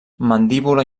mandíbula